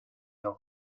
los